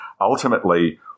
ultimately